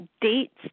dates